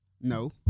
No